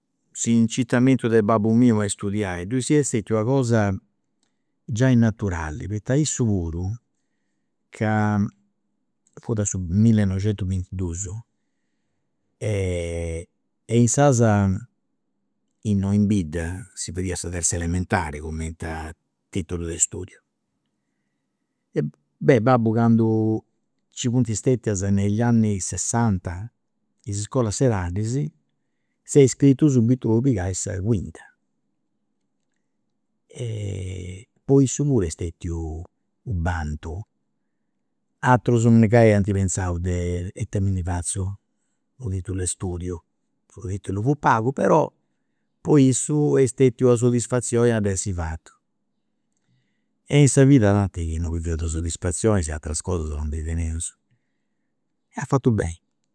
s'incitamentu de babbu miu est stetiu a studiai, ddoi est stetiu una cosa giai naturali poita issu puru ca fut de millinoiscentubintidus e e insaras innoi in bidda si fadiat sa terza elementari cumenti a titulu de studiu. E babbu candu nci funt stetias negli anni sessanta is iscolas seralis, s'est iscritu subitu po pigai sa cuinta. E po issu puru est stetiu u' bantu, ateurs ant pensau ita mi ndi fatzu de u' titulu d istudiu, u' titulu fut pagu però po issu est stetiu una soddisfazioni a dd'essi fatu. E in sa vida chi non biveus de soddisfazioni aters cosa non ndi teneus e at fatu beni